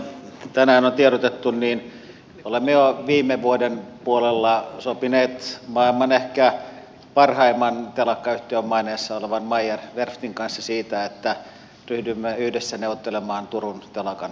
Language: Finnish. kuten tänään on tiedotettu olemme jo viime vuoden puolella sopineet maailman ehkä parhaimman telakkayhtiön maineessa olevan meyer werftin kanssa siitä että ryhdymme yhdessä neuvottelemaan turun telakan ostamisesta